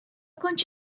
kontx